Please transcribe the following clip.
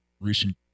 recent